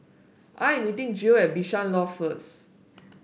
I am meeting Jill at Bishan Loft first